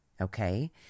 Okay